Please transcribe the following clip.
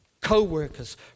co-workers